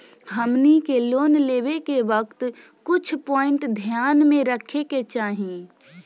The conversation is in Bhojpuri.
हमनी के लोन लेवे के वक्त कुछ प्वाइंट ध्यान में रखे के चाही